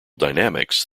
dynamics